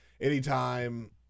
anytime